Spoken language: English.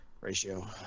ratio